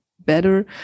better